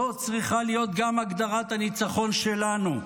זו צריכה להיות גם הגדרת הניצחון שלנו,